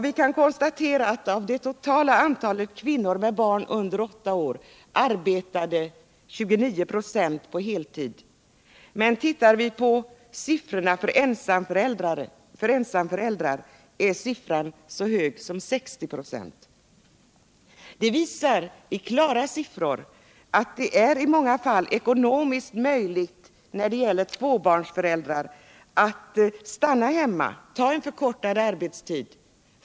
Vi kan konstalera att av det totala antalet kvinnor med barn under åtta års ålder arbetade 29 24 på heltid, men ser vi på siffrorna för ensamföräldrar finner vi att motsvarande siffra är så hög som 60 26. Detta visar i klara siffror att det när det gäller smäbarnsföräldrar i många fall är ekonomiskt möjligt för någon av dem att stanna hemma eller att ta en anställning med förkortad arbetstid.